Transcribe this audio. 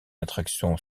attraction